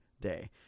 day